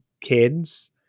kids